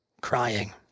crying